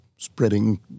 spreading